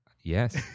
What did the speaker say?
Yes